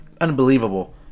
unbelievable